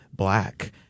Black